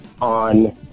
on